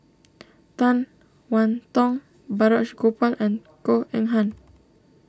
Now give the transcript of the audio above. Tan one Tong Balraj Gopal and Goh Eng Han